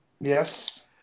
yes